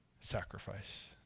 sacrifice